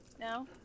No